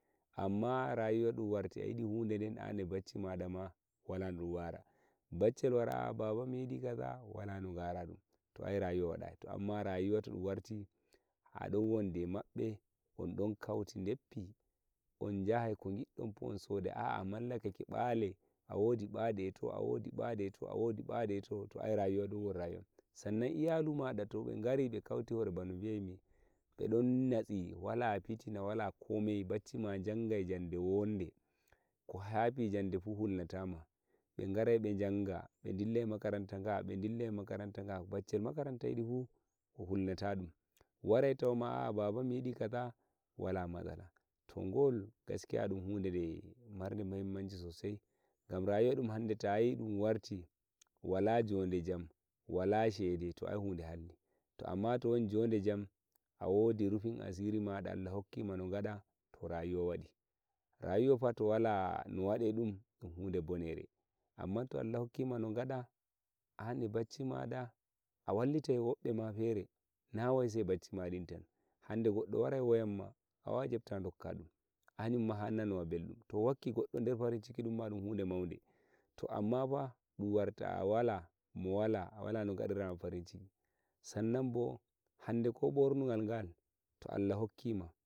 amma rayuwaɗum warti ayidi hudeden an eh bacci maɗama wala noɗum wara bachel wara ah baba miyiɗi kaza wala nogara ɗun to ai rayuwa waɗayi to amma rayuwa to dum warti adon wondi e mabbe on don kauti deppi unjahai to giddonfu un sodai a amamallakake bale a wodi ɓade eh to to ai rayuwa dum woni rayu sannan iyaluma fa to be gari be kauti bano no biyaimi be don natsi wala fitina wala komai bachima jangai jande wonde ko habifu hulnatama be garai be janga bedillai makaranta ga bedillai makaranta ga bachel makarata yidi fu hulnata ɗum warai tauma a baba miyidi kaza wala matsala to gol gaskiya dun hude marde mahimmanci sosai gan rayuwa ɗum hande tayi ɗun warti wala jode jam wala shede to ai hude halli to amma to towon jode jam awodi rufin asiri maɗa ALLAH hokkima no ngaɗa to rayuwa wadi rayufa to wala nowaɗe ɗum huɗe bonere amman to Allah rokkima nogaɗa an eh baccimaɗa a wallitai woɓɓema nawai sai bacci maɗin tan hande goddo warai woyamma a wawai ƴepta gokkadum haƴumma hanana beldun ta rokki godɗo der farincki ɗun hunde maude to amma fa toɗun warta mowala awala no gediranamo farinciki sannanbo hondeko bornugal to Allah rokkima.